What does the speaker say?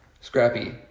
Scrappy